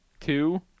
two